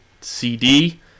CD